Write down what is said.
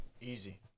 Easy